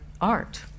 art